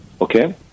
Okay